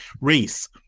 reese